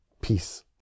peace